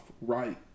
right